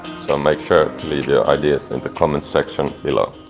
so make sure to leave your ideas in the comment-section below!